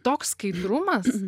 toks skaidrumas